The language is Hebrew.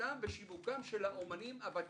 פרנסתם ושיווקם של האומנים הוותיקים.